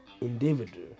individual